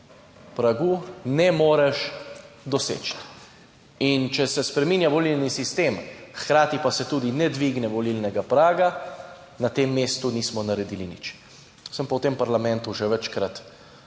pragu ne moreš doseči. In če se spreminja volilni sistem, hkrati pa se tudi ne dvigne volilnega praga, na tem mestu nismo naredili nič. Sem pa v tem parlamentu že večkrat